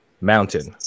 Mountain